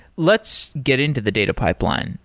let's get into the data pipeline.